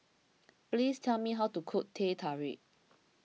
please tell me how to cook Teh Tarik